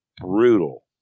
brutal